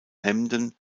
hemden